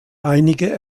einige